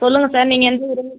சொல்லுங்கள் சார் நீங்கள் எந்த ஊர்